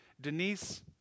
Denise